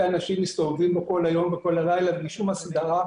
אנשים מסתובבים בו כל היום וכל הלילה ללא כל הסדרה.